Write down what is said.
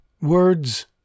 Words